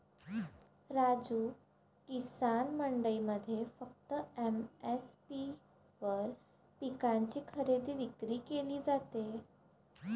राजू, किसान मंडईमध्ये फक्त एम.एस.पी वर पिकांची खरेदी विक्री केली जाते